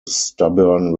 stubborn